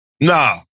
Nah